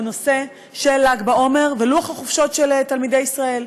בנושא של ל"ג בעומר ולוח החופשות של תלמידי ישראל.